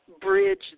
bridge